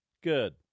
Good